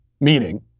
meaning